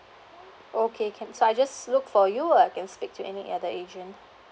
okay can so I just look for you or I can speak to any other agent